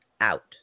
out